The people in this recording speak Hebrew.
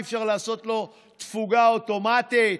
אי-אפשר לעשות לו תפוגה אוטומטית?